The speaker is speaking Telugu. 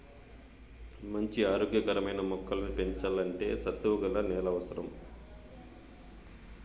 మంచి ఆరోగ్య కరమైన మొక్కలను పెంచల్లంటే సత్తువ గల నేల అవసరం